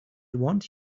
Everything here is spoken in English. want